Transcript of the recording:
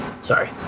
sorry